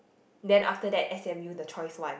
then after that s_m_u the choice one